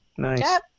Nice